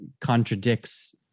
contradicts